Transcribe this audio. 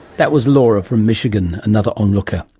that was laura from michigan, another onlooker.